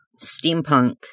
steampunk